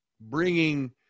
bringing